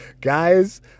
guys